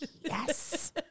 Yes